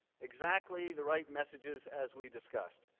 exactly the right messages as we discussed.